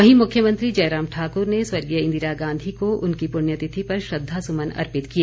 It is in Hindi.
वहीं मुख्यमंत्री जयराम ठाकुर ने स्वर्गीय इंदिरा गांधी को उनकी पुण्य तिथि पर श्रद्वासुमन अर्पित किए